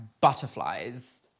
butterflies